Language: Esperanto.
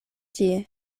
tie